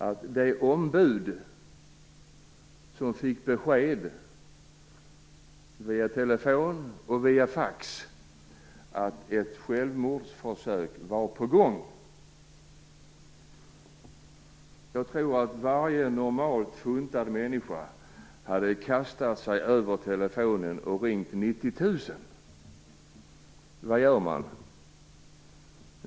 Ett ombud fick besked via telefon och fax att ett självmordsförsök var på gång. Jag tror att varje normalt funtad människa hade kastat sig över telefonen och ringt 90 000. Vad gör ombudet?